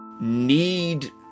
need